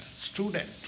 student